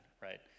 right